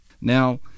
Now